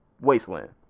wasteland